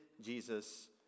Jesus